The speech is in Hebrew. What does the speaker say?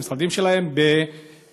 למשרדים שלהם בבית-דגן.